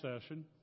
session